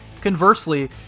Conversely